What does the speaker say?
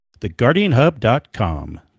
theguardianhub.com